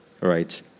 right